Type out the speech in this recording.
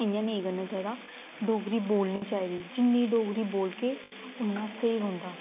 इ'यां नेईं करना चाहिदा डोगरी बोलनी चाहिदी जिन्नी डोगरी बोलगे उ'न्ना स्हेई रौंह्दा